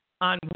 on